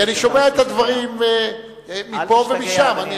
כי אני שומע את הדברים מפה ומשם.